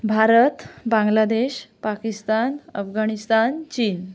भारत बांग्लादेश पाकिस्तान अफगाणिस्तान चीन